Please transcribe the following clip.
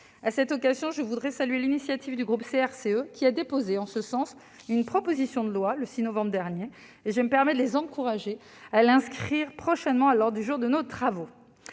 À cette occasion, je voudrais saluer l'initiative du groupe CRCE, qui a déposé une proposition de loi en ce sens le 6 novembre dernier ; je me permets d'encourager nos collègues à l'inscrire prochainement à l'ordre du jour de nos travaux.